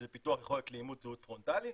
שזה פיתוח יכולת לאימות זהות פרונטלי,